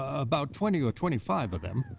about twenty or twenty five of them,